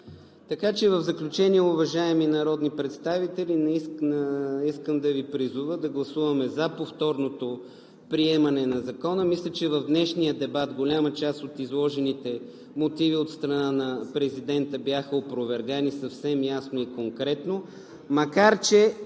Така че в заключение, уважаеми народни представители, искам да Ви призова да гласуваме „за“ повторното приемане на Закона. Мисля, че в днешния дебат голяма част от изложените мотиви от страна на президента бяха опровергани съвсем ясно и конкретно, макар че